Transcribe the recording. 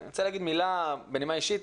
אני רוצה להגיד מילה בנימה אישית.